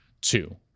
two